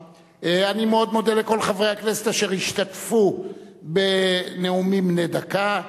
אני מאוד מודה לכל חברי הכנסת אשר השתתפו בנאומים בני דקה.